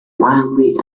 wildly